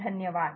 धन्यवाद